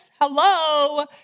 Hello